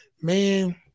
Man